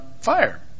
fire